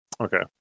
Okay